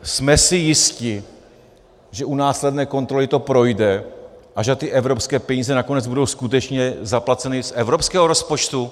Jsme si jisti, že u následné kontroly to projde a že ty evropské peníze nakonec budou skutečně zaplaceny z evropského rozpočtu?